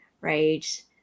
right